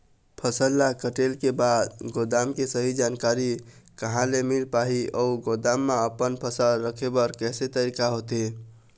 फसल ला कटेल के बाद गोदाम के सही जानकारी कहा ले मील पाही अउ गोदाम मा अपन फसल रखे बर कैसे तरीका होथे?